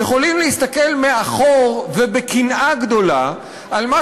יכולים להסתכל מאחור ובקנאה גדולה על מה